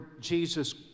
Jesus